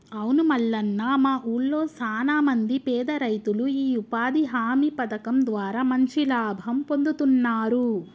అవును మల్లన్న మా ఊళ్లో సాన మంది పేద రైతులు ఈ ఉపాధి హామీ పథకం ద్వారా మంచి లాభం పొందుతున్నారు